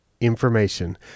information